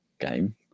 game